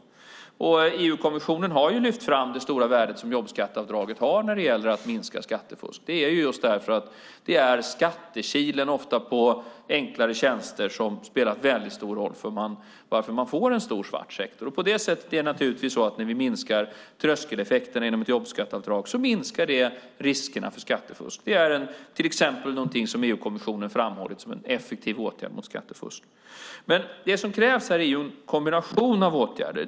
EU-kommissionen har ju lyft fram det stora värde som jobbskatteavdraget har när det gäller att minska skattefusk. Det är ofta skattekilen på enklare tjänster som har spelat stor roll för varför man får en stor svart sektor. När vi minskar tröskeleffekten genom jobbskatteavdrag minskar det naturligtvis riskerna för skattefusk. Det är något som EU-kommissionen har framhållit som en effektiv åtgärd mot skattefusk. Det som krävs är en kombination av åtgärder.